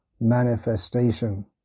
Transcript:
manifestation